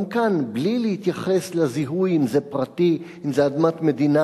למי זה יכול להביא תועלת, אדוני השר?